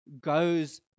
goes